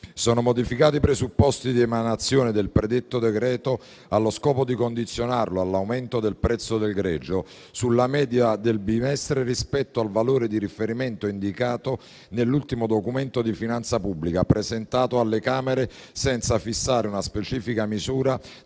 Sono modificati i presupposti di emanazione del predetto decreto, allo scopo di condizionarlo all'aumento del prezzo del greggio sulla media del bimestre rispetto al valore di riferimento indicato nell'ultimo documento di finanza pubblica presentato alle Camere, senza fissare una specifica misura